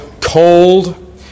cold